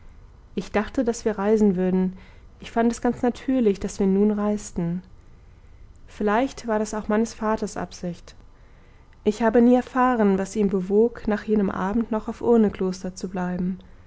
ich dachte daß wir reisen würden ich fand es ganz natürlich daß wir nun reisten vielleicht war das auch meines vaters absicht ich habe nie erfahren was ihn bewog nach jenem abend noch auf urnekloster zu bleiben